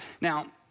Now